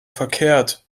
verkehrt